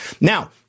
now